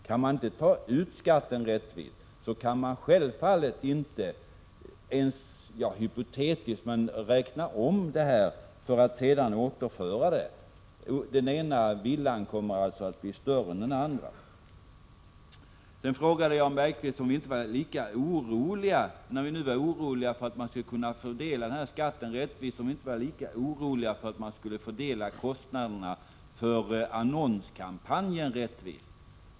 Kan man inte ta ut skatten rättvist, kan man självfallet inte — annat än rent hypotetiskt — räkna ut hur man sedan skall kunna återföra pengarna. Den ena villan kommer då att bli större än den andra. Vidare frågade Jan Bergqvist om vi när vi nu var oroliga över svårigheterna att fördela denna skatt inte var lika oroliga över hur man rättvist skulle kunna fördela kostnaderna för annonskampanjen.